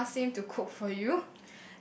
would you ask him to cook for you